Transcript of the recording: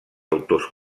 autors